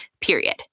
period